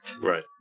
Right